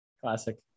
classic